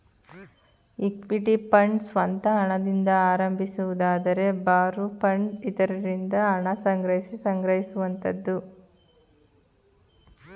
equity fund ಸ್ವಂತ ಹಣದಿಂದ ಆರಂಭಿಸುವುದಾದರೆ ಬಾರೋ ಫಂಡ್ ಇತರರಿಂದ ಹಣ ಸಂಗ್ರಹಿಸಿ ಸಂಗ್ರಹಿಸುವಂತದ್ದು